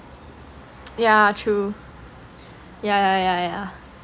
yeah true